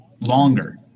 longer